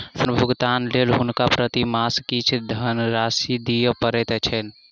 ऋण भुगतानक लेल हुनका प्रति मास किछ धनराशि दिअ पड़ैत छैन